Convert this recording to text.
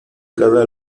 cada